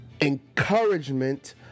encouragement